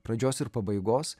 pradžios ir pabaigos